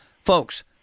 Folks